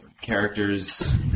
characters